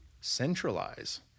centralize